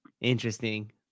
Interesting